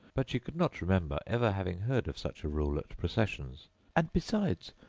but she could not remember ever having heard of such a rule at processions and besides,